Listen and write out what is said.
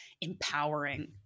empowering